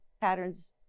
patterns